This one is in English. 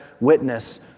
witness